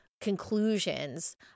conclusions